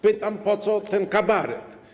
Pytam: Po co ten kabaret?